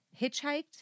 hitchhiked